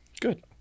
Good